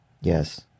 Yes